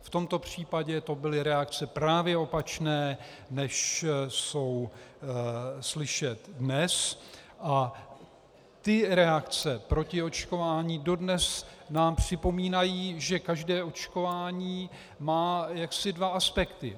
V tomto případě to byly reakce právě opačné, než jsou slyšet dnes, a ty reakce proti očkování dodnes nám připomínají, že každé očkování má dva aspekty.